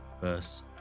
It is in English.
verse